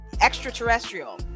extraterrestrial